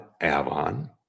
Avon